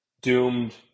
doomed